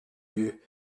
you